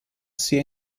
sia